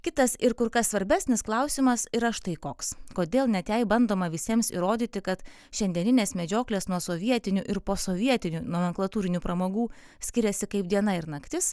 kitas ir kur kas svarbesnis klausimas yra štai koks kodėl net jei bandoma visiems įrodyti kad šiandieninės medžioklės nuo sovietinių ir posovietinių nomenklatūrinių pramogų skiriasi kaip diena ir naktis